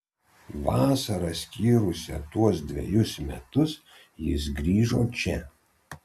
vasarą skyrusią tuos dvejus metus jis grįžo čia